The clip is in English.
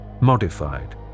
modified